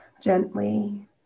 gently